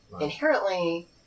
inherently